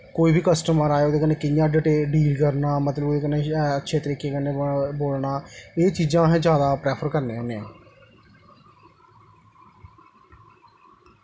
कोई बी कस्टमर आए ओह्दे कन्नै कि'यां डिटेल डील करना मतलब ओह्दे कन्नै अच्छे तरीके कन्नै बोलना एह् चीज़ां अस जादा प्रैफर करने होन्ने आं